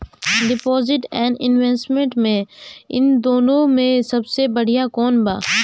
Deposit and investment इन दुनो मे से सबसे बड़िया कौन बा?